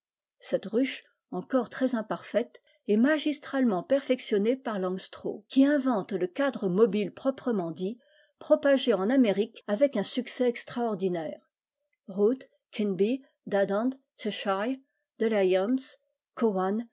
cette ruche encore très imparfaite est magistralement perfectionnée par langstrolh qui invente le cadre mobile proprement dit propagé en amérique avec un succès extraordinaire root quinby dadant cheshire de